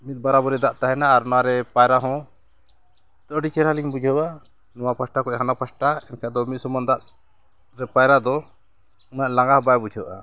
ᱢᱤᱫ ᱵᱟᱨᱟ ᱵᱟᱹᱨᱤ ᱫᱟᱜ ᱛᱟᱦᱮᱱᱟ ᱟᱨ ᱱᱚᱣᱟᱨᱮ ᱯᱟᱭᱨᱟ ᱦᱚᱸ ᱟᱹᱰᱤ ᱪᱮᱦᱨᱟᱞᱤᱧ ᱵᱩᱡᱷᱟᱹᱣᱟ ᱱᱚᱣᱟ ᱯᱟᱥᱴᱟ ᱠᱷᱚᱱ ᱦᱟᱱᱟ ᱯᱟᱥᱴᱟ ᱮᱱᱠᱷᱟᱱ ᱫᱚ ᱢᱤᱫ ᱥᱚᱢᱟᱱ ᱫᱟᱜ ᱨᱮ ᱯᱟᱭᱨᱟᱜ ᱫᱚ ᱩᱱᱟᱹᱜ ᱞᱟᱸᱜᱟ ᱦᱚᱸ ᱵᱟᱭ ᱵᱩᱡᱷᱟᱹᱜᱼᱟ